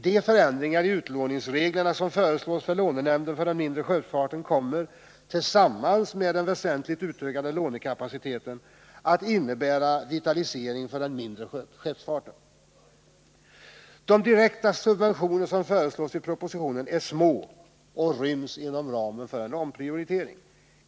De förändringar i utlåningsreglerna som föreslås för lånenämnden för den mindre skeppsfarten kommer, tillsammans med den väsentligt utökade lånekapaciteten att innebära en vitalisering för den mindre skeppsfarten. De direkta subventioner som föreslås i propositionen är små och ryms inom ramen för en omprioritering.